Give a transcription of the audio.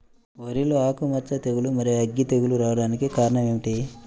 వరిలో ఆకుమచ్చ తెగులు, మరియు అగ్గి తెగులు రావడానికి కారణం ఏమిటి?